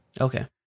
okay